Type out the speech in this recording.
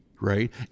right